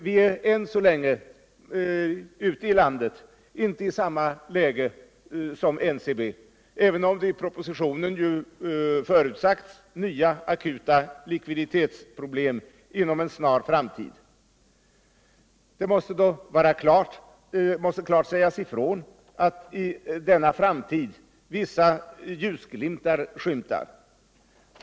Vi är än så länge ute i landet inte i samma läge som NCB, även om det i propositionen har förutsagts nya akuta likviditetsproblem inom en snar framtid. Det måste dock klart sägas ifrån att vissa ljusglimtar skymtar i denna framtid.